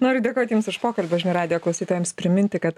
noriu dėkot jums už pokalbį o žinių radijo klausytojams priminti kad